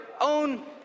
own